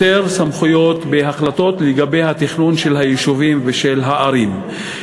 יותר סמכויות בהחלטות לגבי התכנון של היישובים ושל הערים.